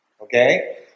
okay